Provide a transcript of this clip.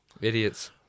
Idiots